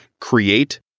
Create